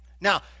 Now